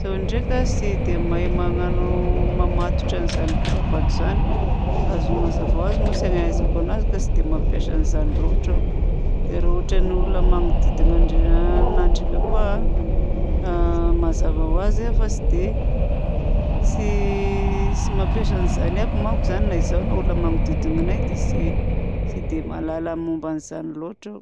Zaho ndraika tsy dia mahay magnano mamatotra an'izany karavato zany. Azony mazava ho azy moa tsy ahaizako anazy tsy dia mampiasa an'izany loatra aho. Dia raha ohatra ny olona manodidina anahy ndraika koa mazava ho azy fa tsy mampiasa an'izany aby manko na izaho na ny olona manodidina anahy. Dia tsy dia mahalala ny momba an'izany loatra aho.